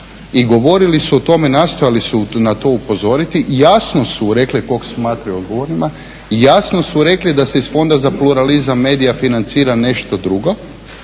i govorili su o tome, nastojali su na to upozoriti. Jasno su rekli kog smatraju odgovornima i jasno su rekli da se iz Fonda za pluralizam medija financira nešto drugo,